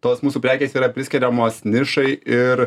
tos mūsų prekės yra priskiriamos nišai ir